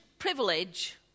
Privilege